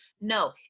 No